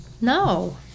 No